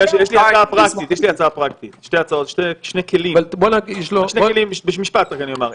יש לי הצעה פרקטית, שני כלים, אני רק אומר במשפט.